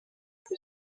oui